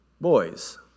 boys